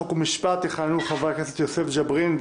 חוק ומשפט: יכהנו חברי הכנסת יוסף ג'אברין,